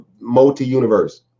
multi-universe